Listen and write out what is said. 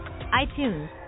iTunes